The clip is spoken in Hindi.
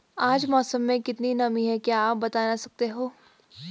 आज मौसम में कितनी नमी है क्या आप बताना सकते हैं?